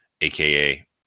aka